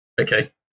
Okay